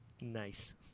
Nice